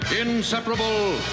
inseparable